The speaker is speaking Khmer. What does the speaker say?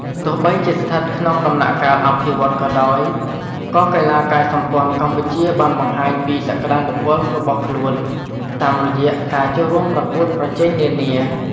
ទោះបីជាស្ថិតក្នុងដំណាក់កាលអភិវឌ្ឍន៍ក៏ដោយ ក៏កីឡាកាយសម្ព័ន្ធកម្ពុជាបានបង្ហាញពីសក្ដានុពលរបស់ខ្លួនតាមរយៈការចូលរួមប្រកួតប្រជែងនានា។